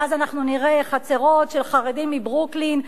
ואז אנחנו נראה חצרות של חרדים מברוקלין,